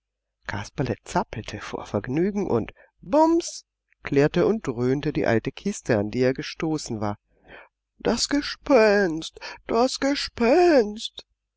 kasperle zappelte vor vergnügen und bums klirrte und dröhnte die alte kiste an die er gestoßen war das gespenst das gespenst